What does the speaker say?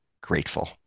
grateful